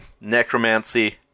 Necromancy